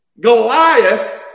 Goliath